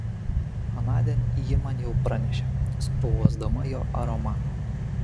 anądien ji man jau pranešė sakau uosdama jo aromatą